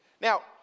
Now